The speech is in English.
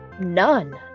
None